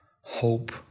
hope